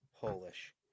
Polish